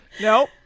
No